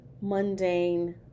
mundane